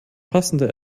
passende